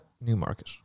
Newmarket